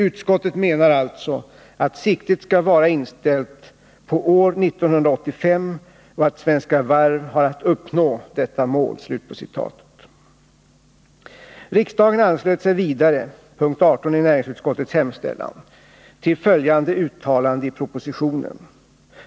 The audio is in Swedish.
Utskottet menar alltså att siktet skall vara inställt på år 1985 och att Svenska Varv har att uppnå detta mål.” Riksdagen anslöt sig vidare till följande uttalande i propositionen .